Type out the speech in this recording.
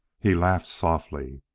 he laughed softly.